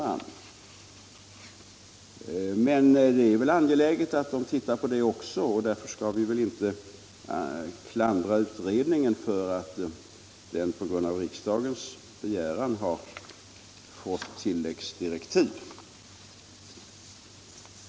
Det är väl emellertid angeläget att även denna fråga utreds, och därför skall vi inte klandra dem som utreder frågan för att de genom riksdagens tilläggsbegäran har fått tilläggsdirektiv.